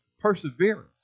perseverance